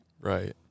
Right